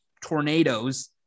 tornadoes